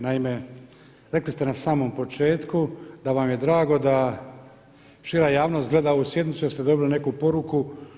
Naime, rekli ste na samom početku da vam je drago da šira javnost gleda ovu sjednicu jer ste dobili neku poruku.